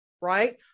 right